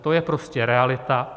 To je prostě realita.